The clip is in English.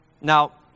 Now